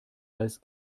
als